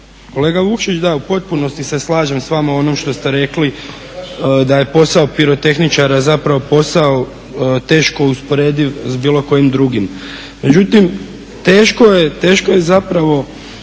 Kolega Vukšić da u potpunosti se slažem sa vama u onom što ste rekli da je posao pirotehničara zapravo posao teško usporediv sa bilo kojim drugim. Međutim, teško je zapravo